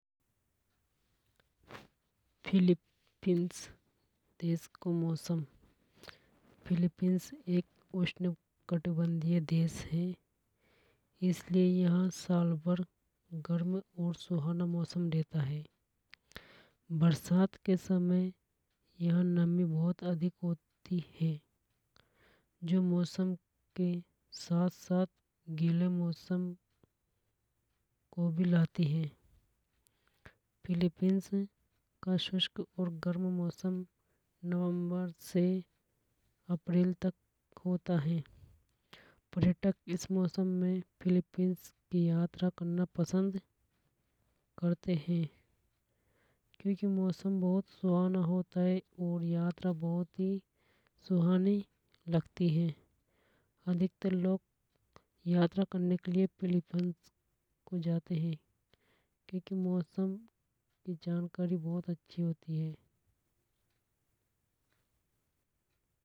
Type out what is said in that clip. फिलीपींस देश को मौसम फिलीपींस एक उष्णकटबंदीय देश है। इसलिए यहां साल भर गर्म और सुहाना मौसम रहता है। बरसात के समय यहां नमी बहुत अधिक होती है। जो मौसम के साथ साथ गिले मौसम को भी लाती है। फिलीपींस का शुष्क और गर्म मौसम नवंबर से अप्रैल तक होता है। पर्यटक इस मौसम में फिलीपींस की यात्रा करना पसंद करते है। क्योंकि मौसम बहुत सुहाना होता हे और यात्रा बहुत ही सुहानी लगती हे अधिकतर लोग यात्रा करने फिलीपींस जाते है। क्योंकि मौसम की जानकारी बहुत ही अच्छी होती है।